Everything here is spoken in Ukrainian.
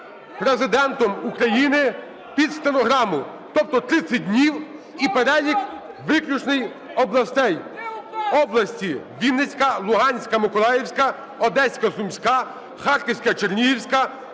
Президентом України під стенограму, тобто 30 днів і перелік виключний областей. Області: Вінницька, Луганська, Миколаївська, Одеська, Сумська, Харківська, Чернігівська,